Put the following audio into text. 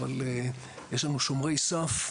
אבל יש לנו שומרי סף,